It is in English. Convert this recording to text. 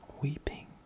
Weeping